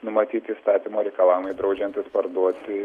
numatyti įstatymo reikalavimai draudžiantys parduoti